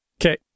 Okay